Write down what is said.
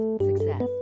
success